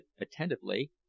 attentively